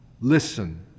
Listen